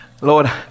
Lord